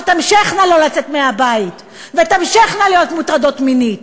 שתמשכנה לא לצאת מהבית ותמשכנה להיות מוטרדות מינית,